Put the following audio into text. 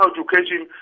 Education